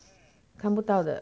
看不到的